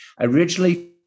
originally